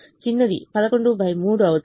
చిన్నది 11 3 అవుతుంది